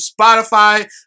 Spotify